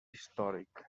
històric